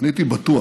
הייתי בטוח